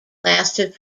lasted